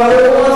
לא, הוא עזב.